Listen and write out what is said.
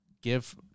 give